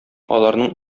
аларның